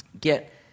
get